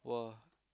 !wah!